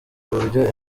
uburyo